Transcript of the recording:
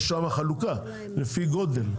יש שמה חלוקה לפי גודל,